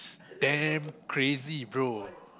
damn crazy bro